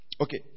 Okay